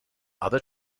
other